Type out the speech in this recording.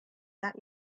that